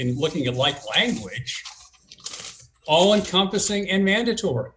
in looking like language all encompassing in mandatory